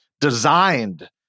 designed